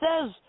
says